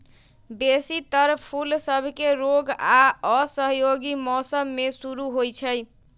बेशी तर फूल सभके रोग आऽ असहयोगी मौसम में शुरू होइ छइ